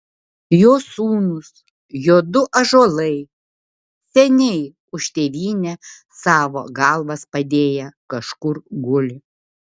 jo sūnūs jo du ąžuolai seniai už tėvynę savo galvas padėję kažkur guli